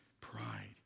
pride